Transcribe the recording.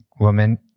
woman